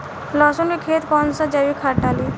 लहसुन के खेत कौन सा जैविक खाद डाली?